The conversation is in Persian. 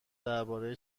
درباره